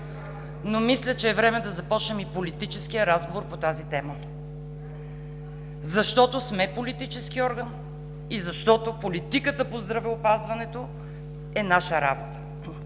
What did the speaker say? Но мисля, че е време и политическия разговор по тази тема, защото сме политически орган и защото политиката по здравеопазването е наша работа.